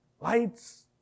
lights